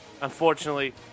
Unfortunately